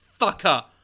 fucker